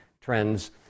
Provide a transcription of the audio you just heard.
trends